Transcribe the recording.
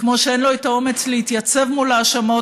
כמו שאין לו את האומץ להתייצב מול ההאשמות,